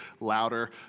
louder